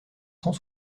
cent